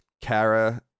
Kara